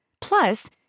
Plus